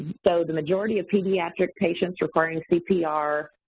so, the majority of pediatric patients requiring cpr